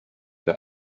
the